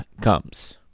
comes